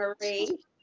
Marie